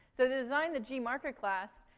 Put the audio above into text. so to design the gmarker class,